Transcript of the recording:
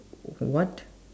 what